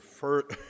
first